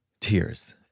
tears